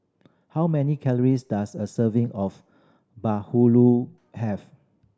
how many calories does a serving of bahulu have